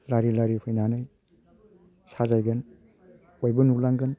लारि लारि फैनानै साजायगोन बयबो नुलांगोन